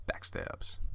backstabs